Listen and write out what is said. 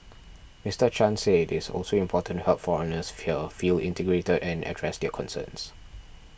Mister Chan said it is also important to help foreigners here feel integrated and address their concerns